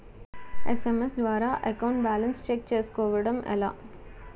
SMS ద్వారా account balance check చేసుకోవటం ఎలా?